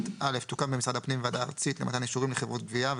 330יא.(א)תוקם במשרד הפנים ועדה ארצית למתן אישורים לחברות גבייה,